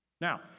Now